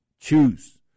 choose